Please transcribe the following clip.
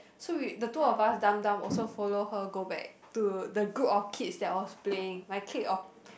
so we the two of us dumb dumb also follow her go back to the group of kids that was playing like clique of